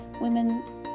women